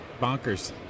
bonkers